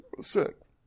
Six